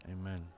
amen